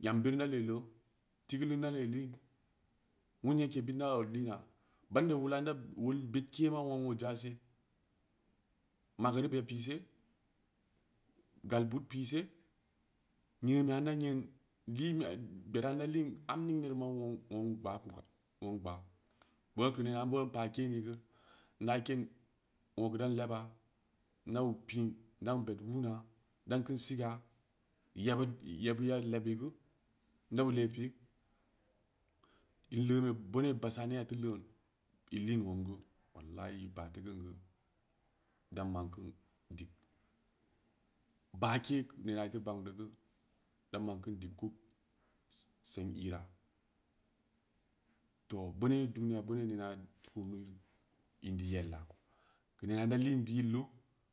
yam buri inda lee lo'on tigulu inda le liin wun yedke inda udlina bannda wola nda-wol bed ke ma wongo ja se mageurube pii se gal bu'ud piise nyenbeya nda nyen gbera inda lin am ningne rii ma wong wong gbaaku wong gbaa boo keu nena boo in pa keeni geu inda keen wogeu dan leeba idau piin dab gbed wuna dan keun siga yebud yebud ya'i lebeugu inda beu lee piin in leembe boonau baahsa ne teu loon in lin ungdu wallahi iba teu kein geu dan man kein dig bake nena iteu ban deu geu da man kein dig kub seng ira toh boonau duniya boonau ina tu in deu yelya keu nena inda lin yildeu